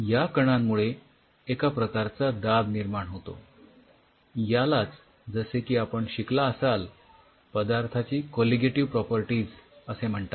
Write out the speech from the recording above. या कणांमुळे एका प्रकारचा दाब निर्माण होतो यालाच जसे की आपण शिकला असाल पदार्थाची कोलिगेटिव्ह प्रॉपर्टीज असे म्हणतात